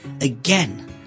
Again